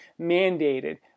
mandated